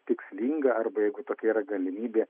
tikslinga arba jeigu tokia yra galimybė